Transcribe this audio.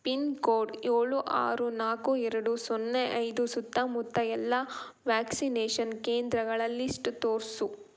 pin code ಏಳು ಆರು ನಾಲ್ಕು ಎರಡು ಸೊನ್ನೆ ಐದು ಸುತ್ತಮುತ್ತ ಎಲ್ಲ ವ್ಯಾಕ್ಸಿನೇಷನ್ ಕೇಂದ್ರಗಳ ಲಿಸ್ಟ್ ತೋರಿಸು